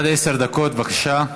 בבקשה.